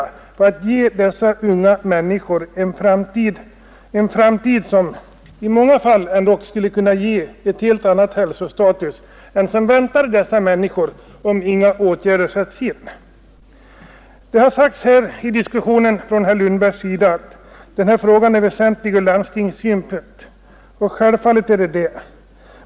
Därmed skulle man ge dessa unga människor en framtid, som i många fall skulle kunna medföra en helt annan hälsostatus än den som väntar dem, om inga åtgärder vidtas. Herr Lundberg sade att denna fråga är väsentlig från landstingssynpunkt. Ja, självfallet.